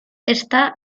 está